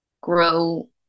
grow